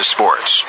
Sports